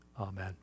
Amen